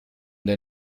der